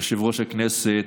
יושב-ראש הכנסת,